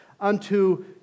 Unto